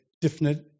different